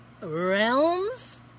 realms